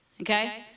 okay